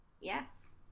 Yes